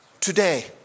today